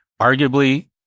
arguably